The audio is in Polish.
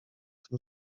tym